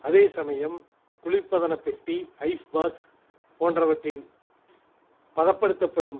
அதே சமயம் குளிர்பதனப்பெட்டி ஐஸ் பாக்ஸ் போன்றவற்றில் பதப்படுத்தப்படும்